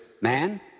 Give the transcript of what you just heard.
Man